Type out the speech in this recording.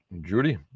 judy